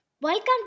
Welcome